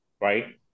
right